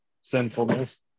sinfulness